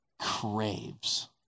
craves